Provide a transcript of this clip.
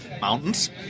mountains